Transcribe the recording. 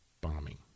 bombing